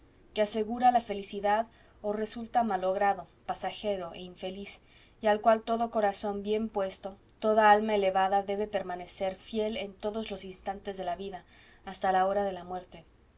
que asegura la felicidad o resulta malogrado pasajero e infeliz y al cual todo corazón bien puesto toda alma elevada debe permanecer fiel en todos los instantes de la vida hasta la hora de la muerte